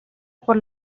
por